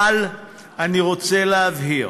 אבל אני רוצה להבהיר